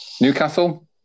Newcastle